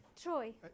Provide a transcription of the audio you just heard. Troy